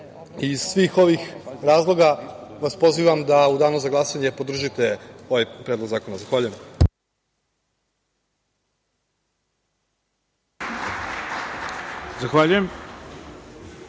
Iz svih ovih razloga vas pozivam da u Danu za glasanje podržite ovaj predlog zakona. Zahvaljujem.